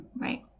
Right